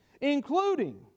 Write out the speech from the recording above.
including